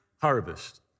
harvest